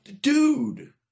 Dude